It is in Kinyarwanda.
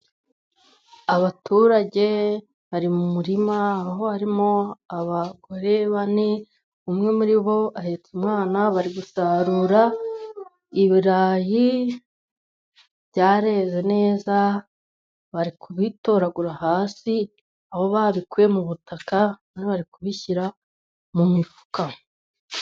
Abaturage bari mu murima aho harimo abagore bane, umwe muri bo ahetse umwana, bari gusarura ibirayi byareze neza bari kubitoragura hasi aho babikuye mu butaka, n'abari kubishyira mu mifuka.